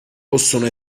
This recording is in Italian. possono